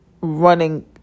running